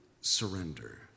surrender